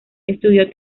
estudió